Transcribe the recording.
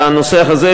והנושא הזה,